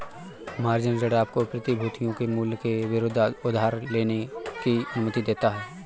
margin ऋण आपको प्रतिभूतियों के मूल्य के विरुद्ध उधार लेने की अनुमति देता है